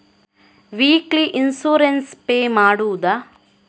Weekly insurance pay ಮಾಡುವುದ?